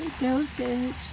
dosage